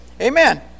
Amen